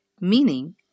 meaning